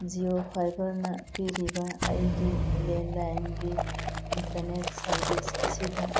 ꯖꯤꯑꯣ ꯐꯥꯏꯕꯔꯅ ꯄꯤꯔꯤꯕ ꯑꯩꯒꯤ ꯂꯦꯟꯂꯥꯏꯟꯒꯤ ꯏꯟꯇ꯭ꯔꯅꯦꯠ ꯁꯥꯔꯕꯤꯁ ꯑꯁꯤꯗ